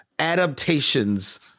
adaptations